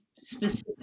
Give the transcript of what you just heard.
specific